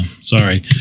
Sorry